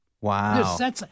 Wow